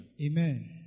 Amen